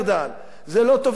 זה לא טובים ורעים.